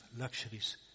luxuries